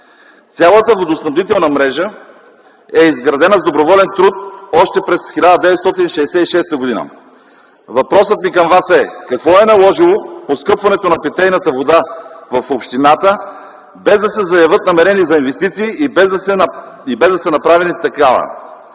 Цялата водоснабдителна мрежа е изградена с доброволен труд още през 1966 г. Въпросът ми към Вас е: какво е наложило поскъпването на питейната вода в общината, без да се заявят намерения за инвестиции и без да са направени такива?